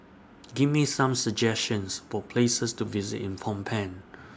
Give Me Some suggestions For Places to visit in Phnom Penh